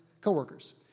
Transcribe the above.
coworkers